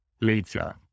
later